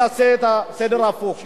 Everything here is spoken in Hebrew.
נעשה את הסדר הפוך.